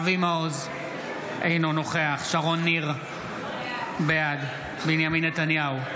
אינו נוכח שרון ניר, בעד בנימין נתניהו,